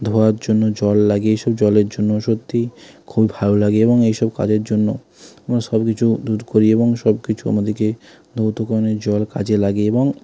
ধোয়ার জন্য জল লাগে এসব জলের জন্য সত্যি খুব ভালো লাগে এবং এই সব কাজের জন্য আমরা সব কিছু দূর করি এবং সব কিছু আমাদেরকে ধৌতকর্মে জল কাজে লাগে এবং